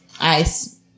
ice